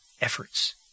efforts